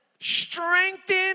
Strengthen